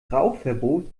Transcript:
rauchverbot